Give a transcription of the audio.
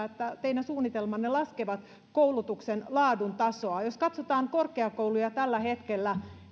että teidän suunnitelmanne laskevat koulutuksen laadun tasoa jos katsotaan korkeakouluja tällä hetkellä